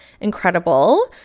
incredible